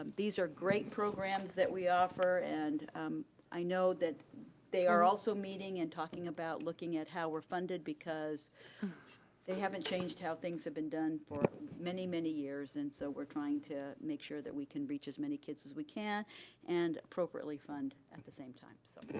um these are great programs that we offer and i know that they are also meeting and talking about looking at how we're funded because they haven't changed how things have been done for many, many years, and so, we're trying to make sure that we can reach as many kids as we can and appropriately fund at the same time, so,